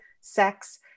Sex